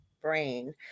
brain